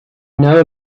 know